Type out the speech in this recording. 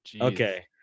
Okay